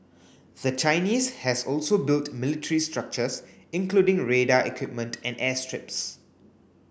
the Chinese has also built military structures including radar equipment and airstrips